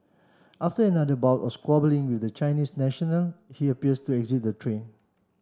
after another bout of squabbling with the Chinese national he appears to exit the train